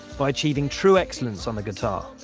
by achieving true excellence on the guitar.